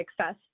access